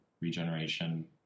regeneration